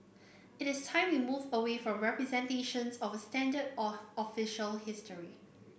it is time we move away from representations of standard or official history